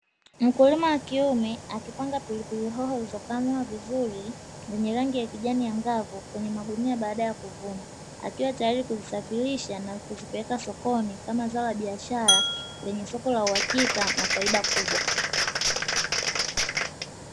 Mkulima wa kiume akipanga pilipili hoho zilizokomaa vizuri zenye rangi ya kijani angavu kwenye magunia baada ya kuvuna. Akiwa tayari kuzisafirisha na kuzipeleka sokoni kama zao la biashara lenye soko la uhakika na faida kubwa.